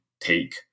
take